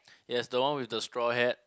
yes the one with the straw hat